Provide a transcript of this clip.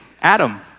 Adam